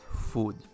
food